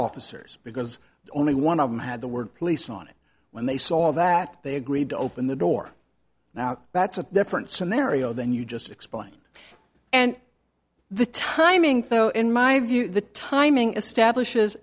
officers because only one of them had the word police on it when they saw that they agreed to open the door now that's a different scenario than you just explained and the timing though in my view the timing establishes